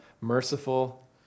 merciful